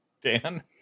Dan